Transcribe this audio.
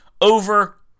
over